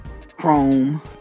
Chrome